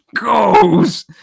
goes